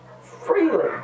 Freely